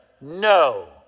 No